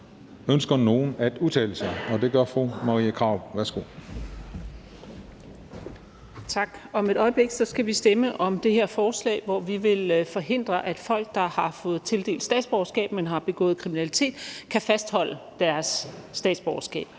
Værsgo. Kl. 14:35 (Ordfører) Marie Krarup (DF): Tak. Om et øjeblik skal vi stemme om det her forslag, hvor vi vil forhindre, at folk, der har fået tildelt statsborgerskab, men har begået kriminalitet, kan fastholde deres statsborgerskab